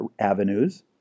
avenues